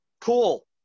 cool